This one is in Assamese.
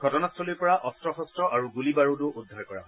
ঘটনাস্থলীৰ পৰা অস্ত্ৰ শস্ত্ৰ আৰু গুলীবাৰুদো উদ্ধাৰ কৰা হৈছে